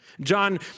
John